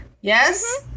Yes